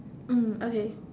mm okay